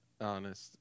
honest